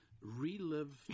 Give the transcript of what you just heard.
relive